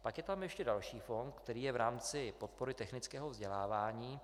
Pak je tam ještě další fond, který je v rámci podpory technického vzdělávání.